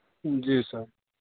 जी sir